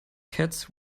cats